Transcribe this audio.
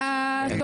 אה, וואי, איזה קטע.